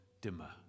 dimmer